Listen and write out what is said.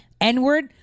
N-word